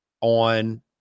on